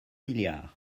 milliards